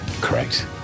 Correct